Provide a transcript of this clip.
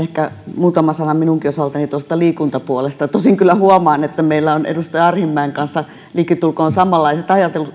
ehkä muutama sana minunkin osaltani tuosta liikuntapuolesta tosin kyllä huomaan että meillä on edustaja arhinmäen kanssa likitulkoon samanlaiset